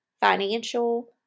financial